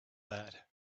that